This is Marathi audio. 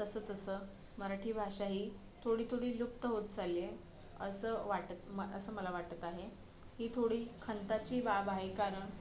तसं तसं मराठी भाषा ही थोडी थोडी लुप्त होत चालली आहे असं वाटत मा असं मला वाटत आहे ही थोडी खंताची बाब आहे कारण